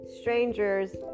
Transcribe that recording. strangers